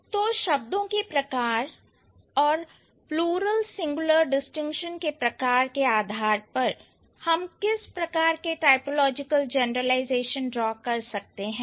तो शब्दों के प्रकार तथा प्लूरल सिंगुलर डिस्टिंक्शन के प्रकार के आधार पर हम किस प्रकार के टाइपोलॉजिकल जनरलाइजेशन ड्रा कर सकते हैं